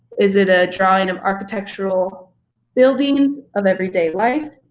is it a drawing of architectural buildings, of everyday life?